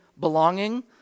belonging